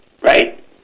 right